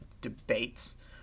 debates